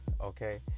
Okay